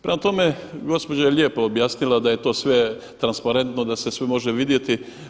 Prema tome, gospođa je lijepo objasnila da je to sve transparentno, da se sve može vidjeti.